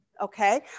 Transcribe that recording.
Okay